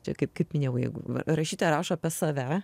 čia kaip kaip minėjau jeigu rašytoja rašo apie save